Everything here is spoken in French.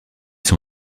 son